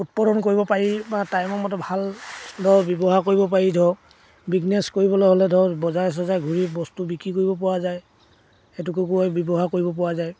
উৎপাদন কৰিব পাৰি বা টাইমৰ মতে ভাল ধৰক ব্যৱহাৰ কৰিব পাৰি ধৰক বিজনেছ কৰিবলৈ হ'লে ধৰক বজাৰে চজাৰে ঘূৰি বস্তু বিক্ৰী কৰিব পৰা যায় সেইটোকে কৈ ব্যৱহাৰ কৰিব পৰা যায়